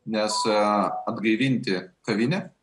nes atgaivinti kavinę